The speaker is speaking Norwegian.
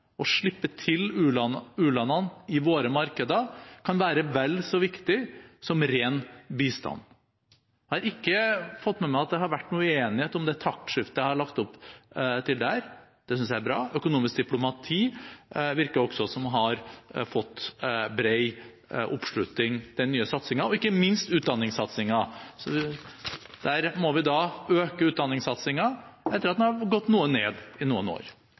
å slippe til u-landene i våre markeder, kan være vel så viktig som ren bistand. Jeg har ikke fått med meg at det har vært noen uenighet om det taktskiftet jeg har lagt opp til der, det synes jeg er bra. Den nye satsingen på økonomisk diplomati og ikke minst utdanningssatsingen virker også å ha fått bred oppslutning. Vi må øke utdanningssatsingen, for den har gått noe ned i noen år.